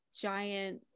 giant